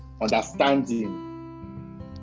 understanding